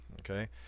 okay